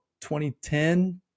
2010